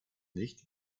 nicht